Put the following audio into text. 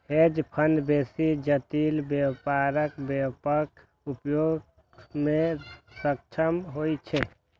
hedge fund बेसी जटिल व्यापारक व्यापक उपयोग मे सक्षम होइ छै